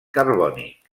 carbònic